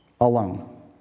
alone